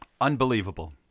Unbelievable